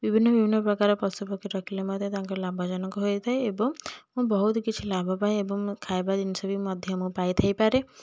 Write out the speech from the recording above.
ବିଭିନ୍ନ ବିଭିନ୍ନ ପ୍ରକାର ପଶୁପକ୍ଷୀ ରଖିଲେ ମଧ୍ୟ ତାଙ୍କର ଲାଭଜନକ ହୋଇଥାଏ ଏବଂ ମୁଁ ବହୁତ କିଛି ଲାଭପାଏ ଏବଂ ଖାଇବା ଜିନଷ ବି ମଧ୍ୟ ମୁଁ ପାଇଥାଇପାରେ